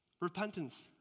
repentance